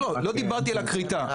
לא, לא, לא דיברתי על הכריתה.